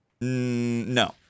No